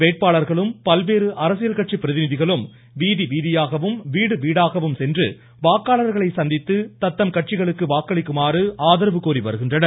வேட்பாளர்களும் பல்வேறு அரசியல் கட்சி பிரதிநிதிகளும் வீதி வீதியாகவும் வீடு வீடாக சென்று வாக்காளர்களை சந்தித்து தத்தம் கட்சிகளுக்கு வாக்களிக்குமாறும் கோரி வருகின்றனர்